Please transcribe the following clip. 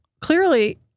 clearly